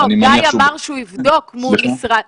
גיא אמר שהוא יבדוק מול החשב הכללי.